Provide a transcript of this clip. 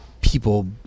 people